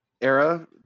era